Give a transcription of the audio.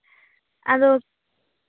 ᱟᱫᱚ